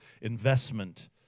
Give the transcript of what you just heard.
investment